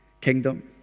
kingdom